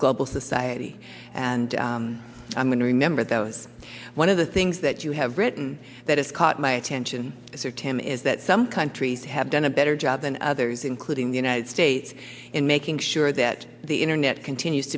global society and i'm going to remember those one of the things that you have written that has caught my attention sir tim is that some countries have done a better job than others including the united states in making sure that the internet continues